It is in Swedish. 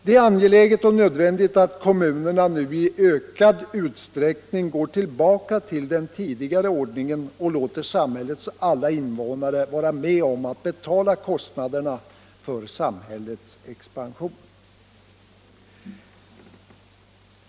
Det är angeläget och nödvändigt att kommunerna i ökad utsträckning går tillbaka till den tidigare ordningen och låter samhällets alla invånare vara med om att betala kostnaderna för samhällets expansion.